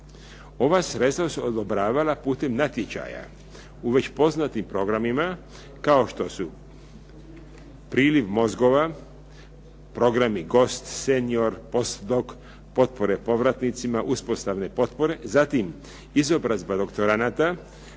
Ova sredstva su se odobravala putem natječaja u već poznatim programima, kao što su priliv mozgova, programi cost senior, poslije tog potpore povratnicima, uspostave potpore, zatim izobrazba doktoranata,